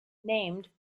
named